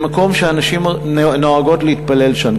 במקום שהנשים נוהגות להתפלל שם,